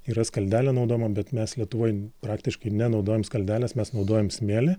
yra skaldelė naudojama bet mes lietuvoj praktiškai nenaudojam skaldelės mes naudojam smėlį